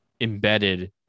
embedded